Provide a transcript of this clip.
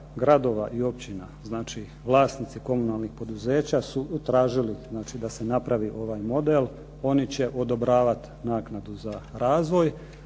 gradova i općina, znači vlasnici komunalnih poduzeća su tražili da se napravi ovaj model, oni će odobravati naknadu za razvoj